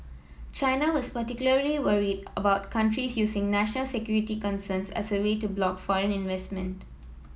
china was particularly worried about countries using national security concerns as a way to block foreign investment